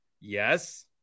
Yes